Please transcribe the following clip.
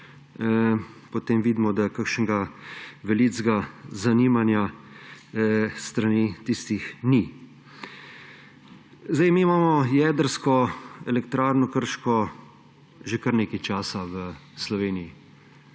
potem vidimo, da kakšnega velikega zanimanja s strani tistih ni. Mi imamo jedrsko elektrarno Krško že kar nekaj časa v Sloveniji